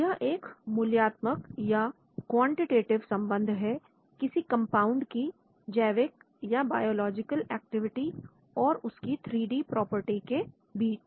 यह एक मूल्यआत्मक या quantitative संबंध है किसी कंपाउंड की जैविक या बायोलॉजिकल एक्टिविटी और उसकी 3D प्रॉपर्टी के बीच